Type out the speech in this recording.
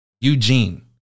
Eugene